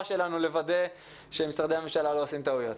שלנו לוודא שמשרדי הממשלה לא עושים טעויות.